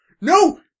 no